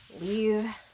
leave